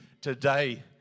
today